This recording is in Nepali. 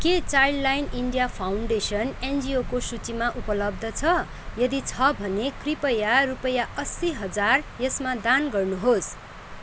के चाइल्ड लाइन इन्डिया फाउन्डेसन एनजिओको सूचीमा उपलब्ध छ यदि छ भने कृपया रुपयाँ असी हजार यसमा दान गर्नुहोस्